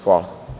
Hvala.